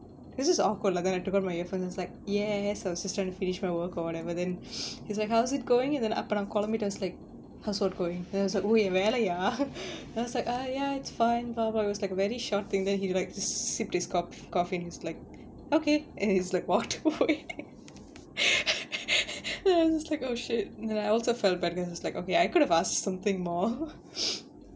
this is awkward lah then I took off my earphones and was just like ya so I was just trying finish my work or whatever then he's like how's it going and then அப்ப நா கொழம்பிட்டேன்:appa naa kolambittaen I was like how's what going oh என் வேலையா:en velaiyaa then I was like oh wait ah ya it's fine but it was like very shocking then he like sipped his coff~ coffee and he's like okay and he just like walked away ya I was just like oh shit I also felt bad like okay I could've asked something more